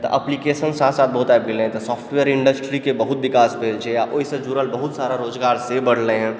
तऽ अप्लीकेशन साथ साथ बहुत आबि गेलैहें तऽ सॉफ्टवेयर इण्डस्ट्री के बहुत विकास भेल छै आ ओइसँ जुड़ल बहुत सारा रोजगार से बढ़लैहें